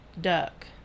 Duck